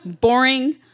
Boring